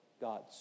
God's